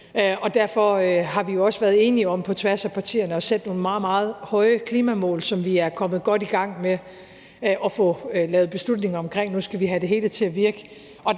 og derfor har vi jo også været enige om på tværs af partierne at sætte nogle meget, meget høje klimamål, som vi er kommet godt i gang med at få lavet beslutninger omkring. Nu skal vi have det hele til at virke.